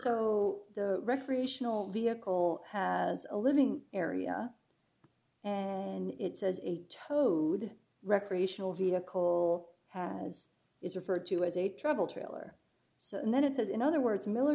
so the recreational vehicle has a living area and it says a towed recreational vehicle as it's referred to as a trouble trailer so that it says in other words miller